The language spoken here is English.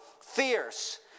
fierce